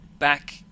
back